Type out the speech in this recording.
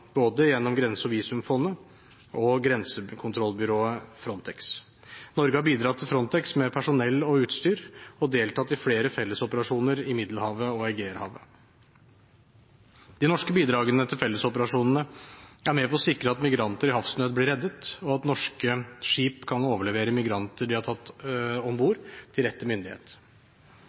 gjennom både Grense- og visumfondet og grensekontrollbyrået Frontex. Norge har bidratt til Frontex med personell og utstyr og deltatt i flere fellesoperasjoner i Middelhavet og i Egeerhavet. De norske bidragene til fellesoperasjonene er med på å sikre at migranter i havsnød blir reddet, og at norske skip kan overlevere migranter de har tatt om